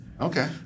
Okay